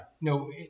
no